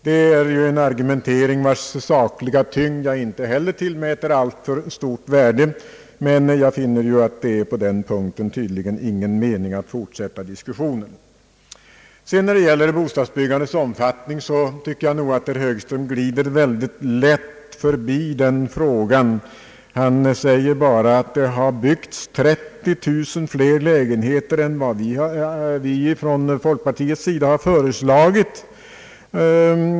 Det är en argumentering vars sakliga tyngd jag inte heller tillmäter alltför stort värde, och jag finner att det på den punkten inte är någon mening att fortsätta diskussionen. Bostadsbyggandets omfattning tycker jag nog att herr Högström väldigt lättvindigt glider förbi. Han säger bara att det har byggts 30 000 fler lägenheter än vad folkpartet har föreslagit.